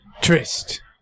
Trist